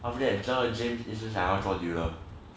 after that then james 一直想要做 dealer